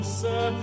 sir